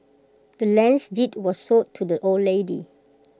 the land's deed was sold to the old lady